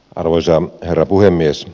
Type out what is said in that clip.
arvoisa herra puhemies